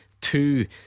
two